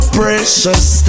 precious